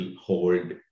hold